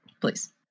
Please